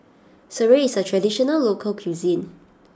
Sireh is a traditional local cuisine